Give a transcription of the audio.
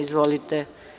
Izvolite.